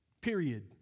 Period